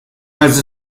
has